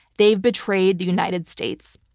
they've betrayed the united states.